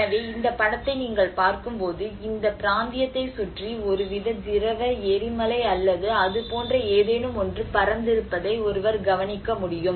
எனவே இந்த படத்தை நீங்கள் பார்க்கும்போது இந்த பிராந்தியத்தைச் சுற்றி ஒரு வித திரவ எரிமலை அல்லது அதுபோன்ற ஏதேனும் ஒன்று பறந்திருப்பதை ஒருவர் கவனிக்க முடியும்